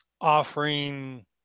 offering